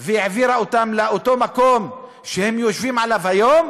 והעבירה אותם לאותו מקום שהם יושבים עליו היום,